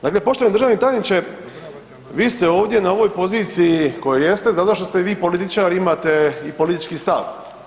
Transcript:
Dakle, poštovani državni tajniče, vi ste ovdje na ovoj poziciji kojoj jeste zato što ste vi političar i imate i politički stav.